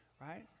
right